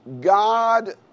God